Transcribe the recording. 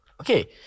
Okay